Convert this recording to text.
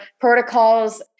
protocols